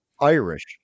Irish